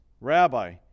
Rabbi